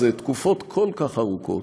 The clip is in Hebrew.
זה תקופות כל כך ארוכות,